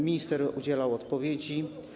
Minister udzielał odpowiedzi.